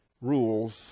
rules